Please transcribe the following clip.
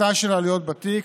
הפחתה של העלויות בתיק,